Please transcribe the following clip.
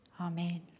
Amen